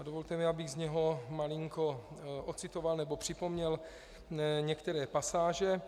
Dovolte mi, abych z něho malinko odcitoval nebo připomněl některé pasáže.